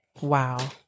Wow